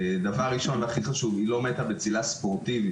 הדבר הכי חשוב זה שהיא לא מתה בצלילה ספורטיבית,